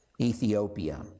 Ethiopia